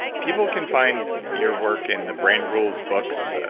people can find your work in the brain rules books.